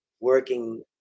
working